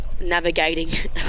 navigating